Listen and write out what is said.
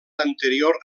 anterior